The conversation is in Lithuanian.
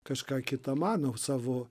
kažką kita mano savo